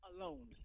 alone